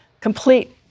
complete